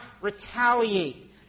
retaliate